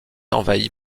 envahie